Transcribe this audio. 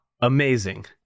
amazing